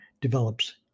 develops